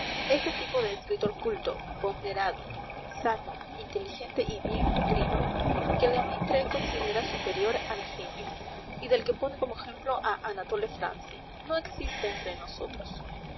ese tipo de escritor culto ponderado sano inteligente y bien nutrido que lemaitre considera superior al genio y del que pone como ejemplo a anatole france no existe entre nosotros